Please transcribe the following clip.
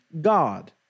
God